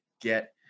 get